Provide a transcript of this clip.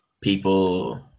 people